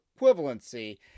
equivalency